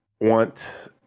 want